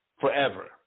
forever